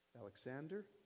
Alexander